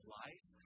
life